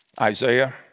Isaiah